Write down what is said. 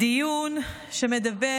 דיון שמדבר